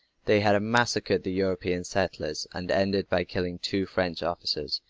they had massacred the european settlers, and ended by killing two french officers,